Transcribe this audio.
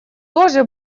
тоже